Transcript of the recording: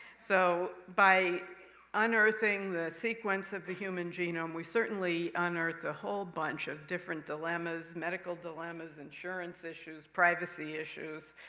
so, by unearthing the sequence of the human genome, we certainly unearthed a whole bunch of different dilemmas medical dilemmas, insurance issues, privacy issues,